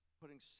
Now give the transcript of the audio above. putting